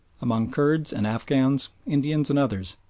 among kurds and afghans, indians and others,